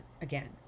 again